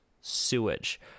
sewage